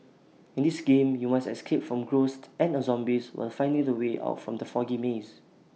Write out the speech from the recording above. in this game you must escape from ghosts and the zombies while finding the way out from the foggy maze